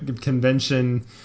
convention